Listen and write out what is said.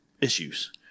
issues